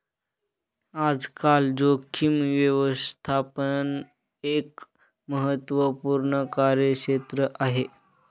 आजकाल जोखीम व्यवस्थापन एक महत्त्वपूर्ण कार्यक्षेत्र आहे